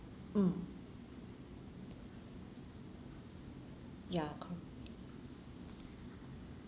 mm ya cor~